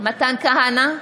מתן כהנא,